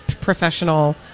professional